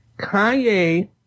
Kanye